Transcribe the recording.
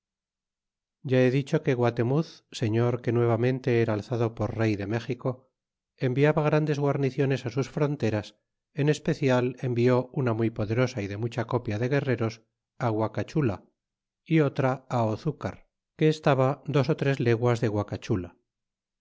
ya he dicho que guaternuz señor que nuevamente era alzado por rey de méxico enviaba grandes guarniciones sus fronteras en especial envió una muy poderosa y de mucha copia de guerreros guacachula y otra ozucar que estaba dos ó tres leguas de